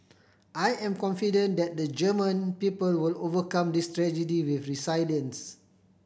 I am confident that the German people will overcome this tragedy with resilience